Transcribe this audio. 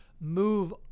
move